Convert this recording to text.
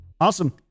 Awesome